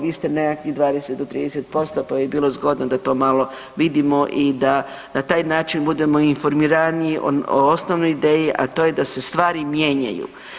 Vi ste nekakvih 20 do 30% pa bi bilo zgodno da to malo vidimo i da na taj način budemo informiraniji o osnovnoj ideji, a to je da se stvari mijenjaju.